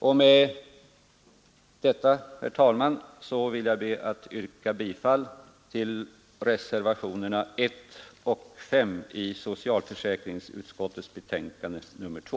Jag vill, herr talman, yrka bifall till reservationerna I och V i socialförsäkringsutskottets betänkande nr 2.